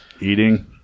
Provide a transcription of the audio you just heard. eating